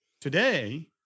today